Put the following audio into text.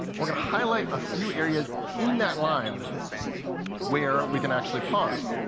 we're going to highlight a few areas in that line where we can actually pause.